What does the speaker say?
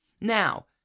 Now